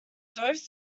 doves